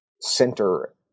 center